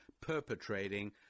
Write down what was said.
perpetrating